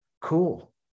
Cool